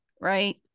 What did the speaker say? right